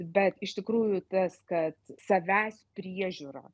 bet iš tikrųjų tas kad savęs priežiūra